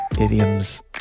Idioms